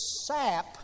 sap